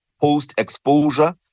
post-exposure